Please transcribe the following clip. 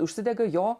užsidega jo